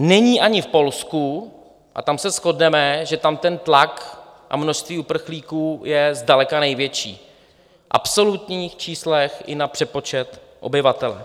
Není ani v Polsku, a tam se shodneme, že tam ten tlak a množství uprchlíků je zdaleka největší v absolutních číslech i na přepočet na obyvatele.